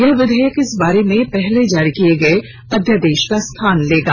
यह विधेयक इस बारे में पहले जारी किये गए अध्यादेश का स्थान लेगा